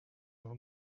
voor